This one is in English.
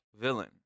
villain